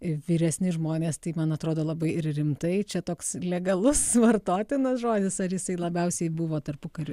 vyresni žmonės tai man atrodo labai rimtai čia toks legalus vartotinas žodis ar jisai labiausiai buvo tarpukariu